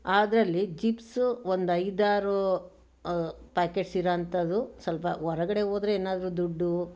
ಅದರಲ್ಲಿ ಜಿಪ್ಸು ಒಂದೈದಾರು ಪ್ಯಾಕೆಟ್ಸಿರೋವಂಥದ್ದು ಸ್ವಲ್ಪ ಹೊರಗಡೆ ಹೋದರೆ ಏನಾದರೂ ದುಡ್ಡು